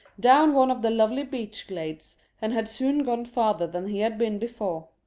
down one of the lovely beech glades and had soon gone farther than he had been before.